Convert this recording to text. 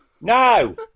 No